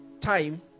time